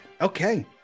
okay